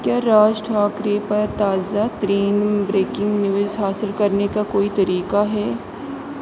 کیا راج ٹھاکرے پر تازہ ترین بریکنگ نیوز حاصل کرنے کا کوئی طریقہ ہے